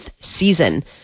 season